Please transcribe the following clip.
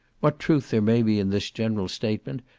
what truth there may be in this general statement,